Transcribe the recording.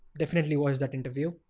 definitely watch that interview.